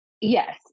Yes